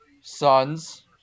Suns